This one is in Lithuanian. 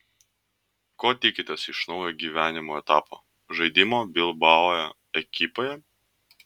ko tikitės iš naujo gyvenimo etapo žaidimo bilbao ekipoje